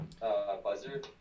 buzzer